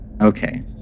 Okay